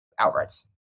outrights